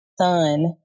son